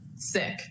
sick